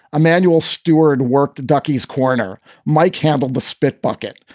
emanuel steward worked the ducky's corner. mike handled the spit bucket.